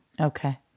Okay